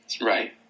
Right